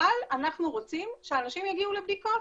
אבל אנחנו רוצים שאנשים יגיעו לבדיקות,